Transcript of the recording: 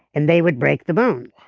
and they would break the bone.